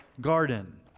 garden